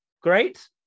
great